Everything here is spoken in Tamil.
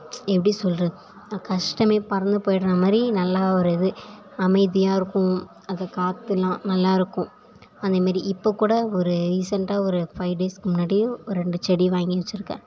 எப்படி சொல்கிறது கஷ்டமே பறந்து போயிடுறா மாதிரி நல்லா ஒரு இது அமைதியாக இருக்கும் அது காற்றுலாம் நல்லாயிருக்கும் அந்தமாரி இப்போ கூட ஒரு ரீசெண்டாக ஒரு ஃபைவ் டேஸுக்கு முன்னாடி ஒரு ரெண்டு செடி வாங்கி வெச்சுருக்கேன்